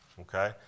okay